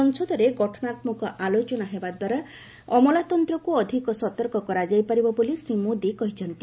ସଂସଦରେ ଗଠନାତ୍କକ ଆଲୋଚନା ହେବା ଦ୍ୱାରା ଅମଲାତନ୍ତ୍ରକୁ ଅଧିକ ସତର୍କ କରାଯାଇପାରିବ ବୋଲି ଶ୍ରୀ ମୋଦି କହିଛନ୍ତି